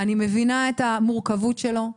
אני מבינה את המורכבות שלו,